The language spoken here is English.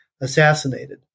assassinated